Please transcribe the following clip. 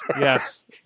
yes